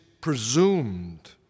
presumed